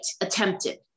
attempted